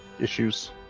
issues